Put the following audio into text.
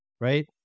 right